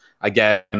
again